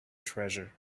treasure